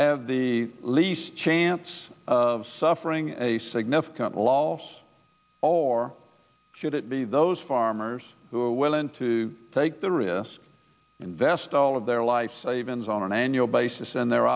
have the least chance of suffering a significant loss or should it be those farmers who are willing to take the risk invest all of their life savings on an annual basis and the